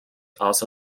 also